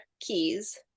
keys